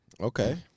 Okay